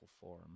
form